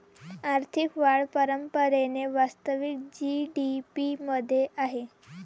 आर्थिक वाढ परंपरेने वास्तविक जी.डी.पी मध्ये आहे